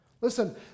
Listen